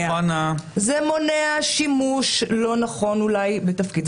זה מונע שימוש לא נכון אולי בתפקיד,